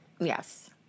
Yes